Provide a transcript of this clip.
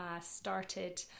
started